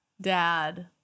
dad